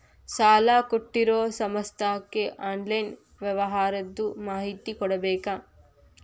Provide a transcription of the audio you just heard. ಸಾಲಾ ಕೊಟ್ಟಿರೋ ಸಂಸ್ಥಾಕ್ಕೆ ಆನ್ಲೈನ್ ವ್ಯವಹಾರದ್ದು ಮಾಹಿತಿ ಕೊಡಬೇಕಾ?